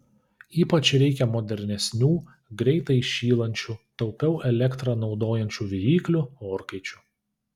ypač reikia modernesnių greitai įšylančių taupiau elektrą naudojančių viryklių orkaičių